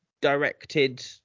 directed